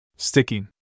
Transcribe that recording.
Sticking